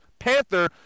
Panther